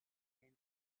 then